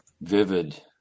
vivid